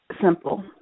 simple